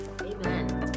amen